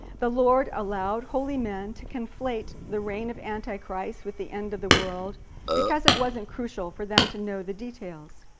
the lord allowed holy men to conflate the reign of antichrist with the end of the world because it wasn't crucial for them to know the details.